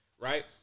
right